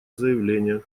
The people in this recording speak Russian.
заявление